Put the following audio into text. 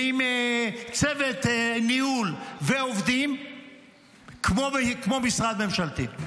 עם צוות ניהול ועובדים כמו משרד ממשלתי.